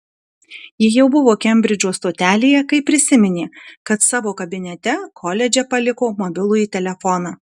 ji jau buvo kembridžo stotelėje kai prisiminė kad savo kabinete koledže paliko mobilųjį telefoną